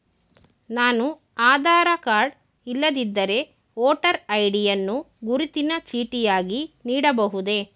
ನಾನು ಆಧಾರ ಕಾರ್ಡ್ ಇಲ್ಲದಿದ್ದರೆ voter ID ಯನ್ನು ಗುರುತಿನ ಚೀಟಿಯಾಗಿ ನೀಡಬಹುದೇ?